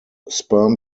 sperm